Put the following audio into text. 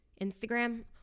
Instagram